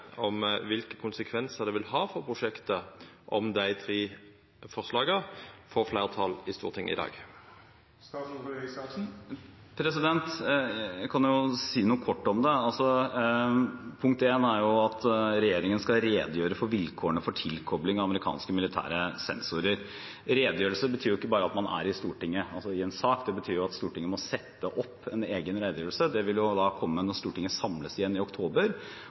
om han kan seia noko om kva for konsekvensar det vil ha for prosjektet om dei tre forslaga får fleirtal i Stortinget i dag. Jeg kan kort si noe om det. Forslag nr. 1 er at regjeringen skal redegjøre for «vilkårene for tilkobling av amerikanske militære sensorer». Redegjørelse betyr ikke bare at man er i Stortinget i forbindelse med en sak, det betyr jo at Stortinget må sette opp en egen redegjørelse. Den vil komme når Stortinget samles igjen i oktober,